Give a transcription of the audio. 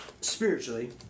spiritually